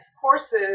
courses